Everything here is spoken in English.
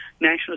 national